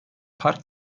park